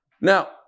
Now